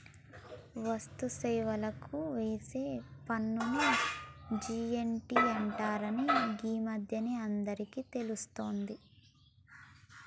వస్తు సేవలకు ఏసే పన్నుని జి.ఎస్.టి అంటరని గీ మధ్యనే అందరికీ తెలుస్తాంది